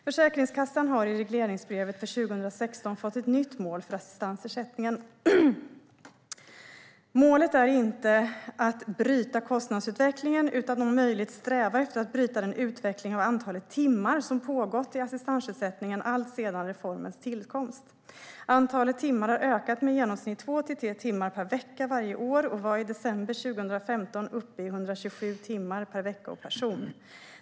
Försäkringskassan har i regleringsbrevet för 2016 fått ett nytt mål för assistansersättningen. Målet är inte att bryta kostnadsutvecklingen utan att om möjligt sträva efter att bryta den utveckling vad gäller antalet timmar som pågått i assistansersättningen alltsedan reformens tillkomst. Antalet timmar har ökat med i genomsnitt två till tre timmar per vecka varje år och var i december 2015 uppe i 127 timmar per vecka och person.